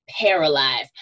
paralyzed